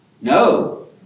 No